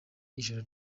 ijoro